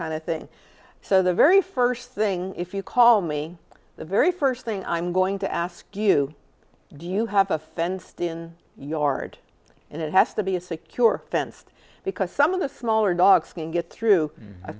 kind of thing so the very first thing if you call me the very first thing i'm going to ask you do you have a fenced in yard and it has to be a secure fenced because some of the smaller dogs can't get through a